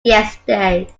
yesterday